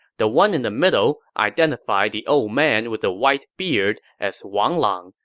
the one in the middle identified the old man with the white beard as wang lang,